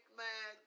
man